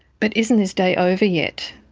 but isn't this day over yet?